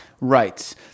Right